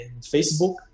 Facebook